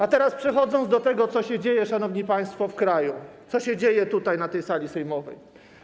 A teraz przejdę do tego, co się dzieje, szanowni państwo, w kraju, co się dzieje tutaj, na tej sali sejmowej.